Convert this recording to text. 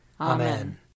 Amen